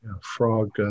Frog